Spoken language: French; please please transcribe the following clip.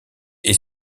est